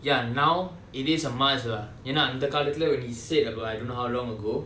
ya now it is a must lah ஏனா அந்த காலத்துல:yaenaa antha kaalathula he said but I don't know how long ago